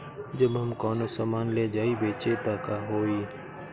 जब हम कौनो सामान ले जाई बेचे त का होही?